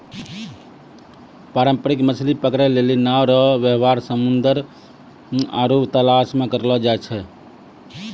पारंपरिक मछली पकड़ै लेली नांव रो वेवहार समुन्द्र आरु तालाश मे करलो जाय छै